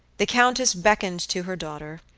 the countess beckoned to her daughter,